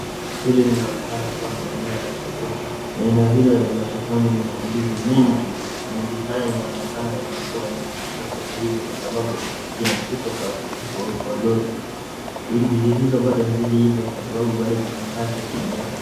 Hili linaonekana kuwa ni eneo la sokoni, eneo hilo la sokoni lina mandizi mengi na mandizi hayo yanaonekana yamekuwa yamefikishwa sasa hivi kwa sababu zinashukishwa katika kwa lori, ndizi hizo bado hazijaiva kwa sababu bado ziko na rangi ya kinjano.